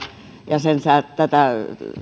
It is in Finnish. ja sen